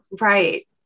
Right